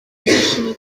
ndishimye